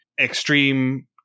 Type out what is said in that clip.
extreme